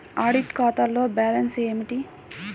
Audit ఖాతాలో balance ఏమిటీ?